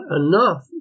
enough